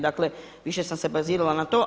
Dakle, više sam se bazirala na to.